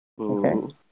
Okay